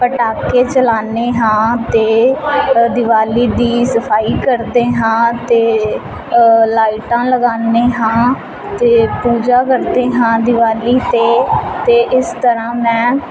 ਪਟਾਕੇ ਚਲਾਉਂਦੇ ਹਾਂ ਅਤੇ ਦੀਵਾਲੀ ਦੀ ਸਫਾਈ ਕਰਦੇ ਹਾਂ ਅਤੇ ਲਾਈਟਾਂ ਲਗਾਉਂਦੇ ਹਾਂ ਅਤੇ ਪੂਜਾ ਕਰਦੇ ਹਾਂ ਦੀਵਾਲੀ 'ਤੇ ਅਤੇ ਇਸ ਤਰ੍ਹਾਂ ਮੈ